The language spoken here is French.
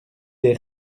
les